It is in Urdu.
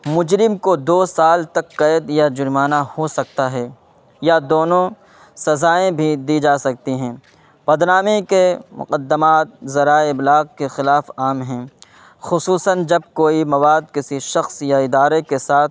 مجرم کو دو سال تک قید یا جرمانہ ہو سکتا ہے یا دونوں سزائیں بھی دی جا سکتی ہیں بد نامی کے مقدمات ذرائع ابلاغ کے خلاف عام ہیں خصوصاً جب کوئی مواد کسی شخص یا ادارے کے ساتھ